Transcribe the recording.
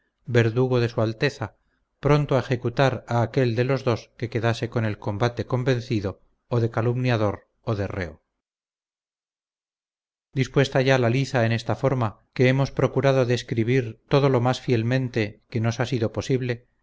verdugo de su alteza pronto a ejecutar a aquél de los dos que quedase por el combate convencido o de calumniador o de reo dispuesta ya la liza en esta forma que hemos procurado describir todo lo más fielmente que nos ha sido posible